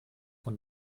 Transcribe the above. von